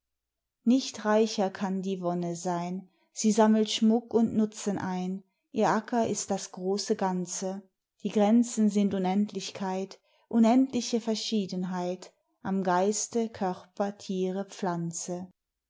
nicht reicher kann die wonne sein sie sammelt schmuck und nutzen ein ihr acker ist das große ganze die grenzen sind unendlichkeit unendliche verschiedenheit am geiste körper thiere pflanze